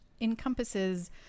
encompasses